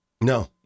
No